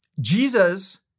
Jesus